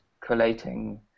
collating